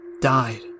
died